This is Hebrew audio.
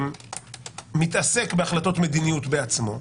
מתעסק בהחלטות מדיניות בעצמו,